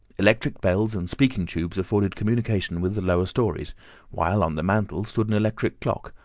electric bells and speaking-tubes afforded communication with the lower stories while on the mantel stood an electric clock,